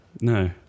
No